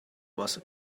was